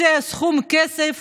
הקצה סכום כסף